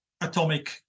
atomic